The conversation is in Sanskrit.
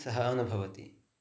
सः अनुभवति